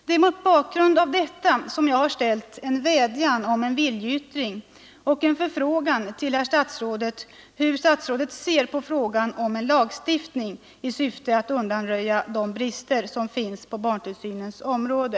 Det är mot bakgrund av detta som jag har riktat en vädjan om en viljeyttring och en förfrågan till herr statsrådet hur Ni ser på frågan om en lagstiftning i syfte att undanröja de brister som finns på barntillsynens område.